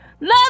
Love